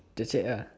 just check ah